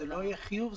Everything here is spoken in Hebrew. לא יהיה חיוב?